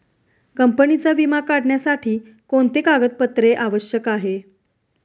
कंपनीचा विमा काढण्यासाठी कोणते कागदपत्रे आवश्यक आहे?